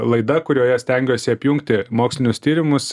laida kurioje stengiuosi apjungti mokslinius tyrimus